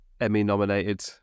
Emmy-nominated